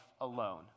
alone